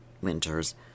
winters